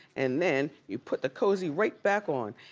and then you put the cozy right back on.